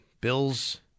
Bills